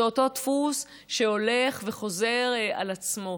זה אותו דפוס שהולך וחוזר על עצמו.